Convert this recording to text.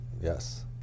Yes